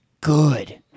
good